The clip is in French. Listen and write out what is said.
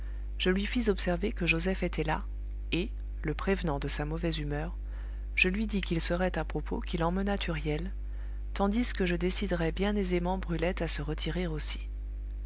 je lui fis observer que joseph était là et le prévenant de sa mauvaise humeur je lui dis qu'il serait à propos qu'il emmenât huriel tandis que je déciderais bien aisément brulette à se retirer aussi